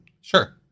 Sure